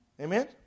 Amen